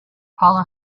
paula